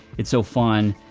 it's so fun,